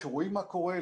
שרואים מה קורה,